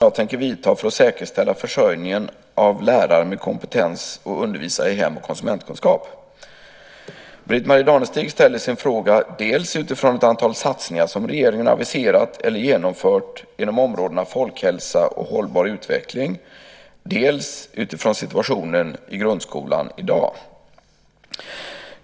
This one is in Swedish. Herr talman! Britt-Marie Danestig har frågat vilka åtgärder jag tänker vidta för att säkerställa försörjningen av lärare med kompetens att undervisa i hem och konsumentkunskap. Britt-Marie Danestig ställer sin fråga dels utifrån ett antal satsningar som regeringen aviserat eller genomfört inom områdena folkhälsa och hållbar utveckling, dels utifrån situationen i grundskolan i dag.